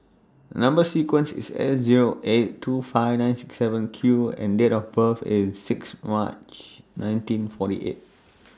Number sequence IS S Zero eight two five nine six seven Q and Date of birth IS six March nineteen forty eight